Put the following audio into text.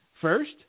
First